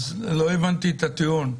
אז לא הבנתי את הטיעון.